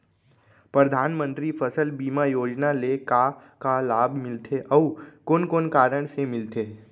परधानमंतरी फसल बीमा योजना ले का का लाभ मिलथे अऊ कोन कोन कारण से मिलथे?